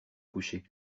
coucher